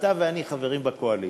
ואתה ואני חברים בקואליציה,